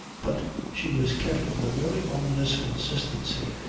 but she was kept with a very ominous consistency,